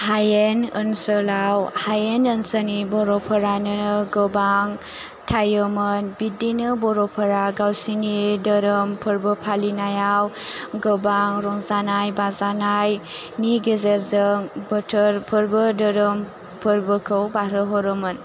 हायेन ओनसोलाव हायेन ओनसोलनि बर'फोरानो गोबां थायोमोन बिदिनो बर'फोरा गावसिनि दोरोम फोरबो फालिनायाव गोबां रंजानाय बाजानाय नि गेजेरजों बोथोर फोरबो दोरोम फरबोखौ बारहो हरोमोन